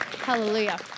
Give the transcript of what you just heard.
Hallelujah